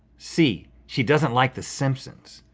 c she doesn't like the simpsons.